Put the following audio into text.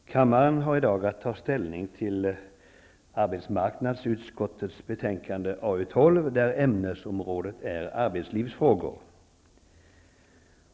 Herr talman! Kammaren har i dag att ta ställning till arbetsmarknadsutskottets betänkande AU12, där ämnesområdet är arbetslivsfrågor.